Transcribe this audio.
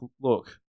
look